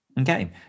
Okay